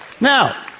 Now